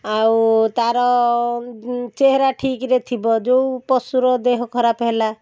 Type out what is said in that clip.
ଆଉ ତାର ଚେହେରା ଠିକରେ ଥିବ ଯେଉଁ ପଶୁର ଦେହ ଖରାପ ହେଲା